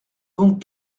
donc